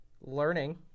learning